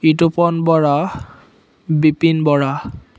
Ritupon Bora Bipin Bora